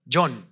John